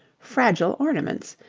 fragile ornaments,